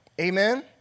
Amen